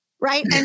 right